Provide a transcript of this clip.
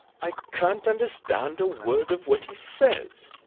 i can't understand a word of what he says,